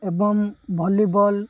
ଏବଂ ଭଲିବଲ୍